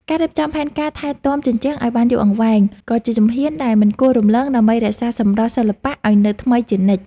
ការរៀបចំផែនការថែទាំជញ្ជាំងឱ្យបានយូរអង្វែង ក៏ជាជំហានដែលមិនគួររំលង ដើម្បីរក្សាសម្រស់សិល្បៈឱ្យនៅថ្មីជានិច្ច។